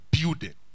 building